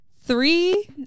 three